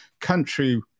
country